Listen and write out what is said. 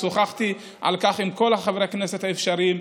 שוחחתי על כך עם כל חברי הכנסת האפשריים.